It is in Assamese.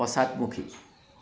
পশ্চাদমুখী